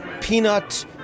peanut